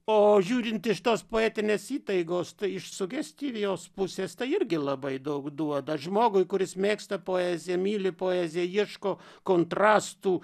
o žiūrint iš tos poetinės įtaigos tai iš sugestivijos pusės tai irgi labai daug duoda žmogui kuris mėgsta poeziją myli poeziją ieško kontrastų